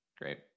great